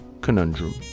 Conundrum